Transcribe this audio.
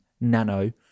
nano